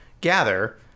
gather